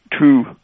two